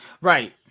Right